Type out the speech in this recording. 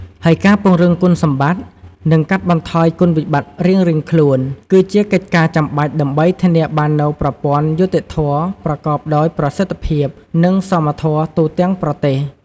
ហើយការពង្រឹងគុណសម្បត្តិ និងកាត់បន្ថយគុណវិបត្តិរៀងៗខ្លួន គឺជាកិច្ចការចាំបាច់ដើម្បីធានាបាននូវប្រព័ន្ធយុត្តិធម៌ប្រកបដោយប្រសិទ្ធភាព និងសមធម៌ទូទាំងប្រទេស។